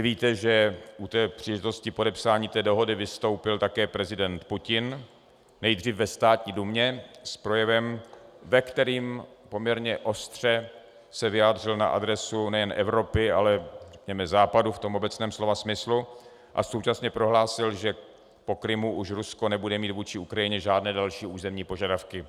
Víte, že při příležitosti podepsání té dohody vystoupil také prezident Putin, nejdřív ve státní Dumě s projevem, ve kterém se poměrně ostře vyjádřil na adresu nejen Evropy, ale Západu v tom obecném slova smyslu, a současně prohlásil, že po Krymu už Rusko nebude mít vůči Ukrajině žádné další územní požadavky.